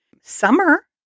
summer